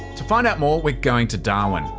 to find out more we're going to darwin.